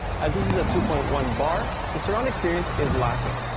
as this is a two point one bar, the surround experience is lacking.